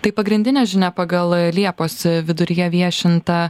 tai pagrindinė žinia pagal liepos viduryje viešintą